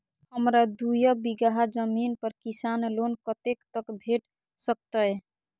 हमरा दूय बीगहा जमीन पर किसान लोन कतेक तक भेट सकतै?